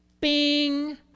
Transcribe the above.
bing